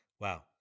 Wow